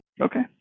Okay